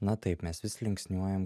na taip mes vis linksniuojam